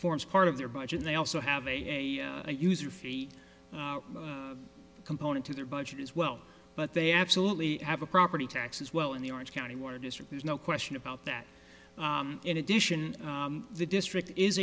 forms part of their budget they also have a user fee component to their budget as well but they absolutely have a property taxes well in the orange county water district there's no question about that in addition the district is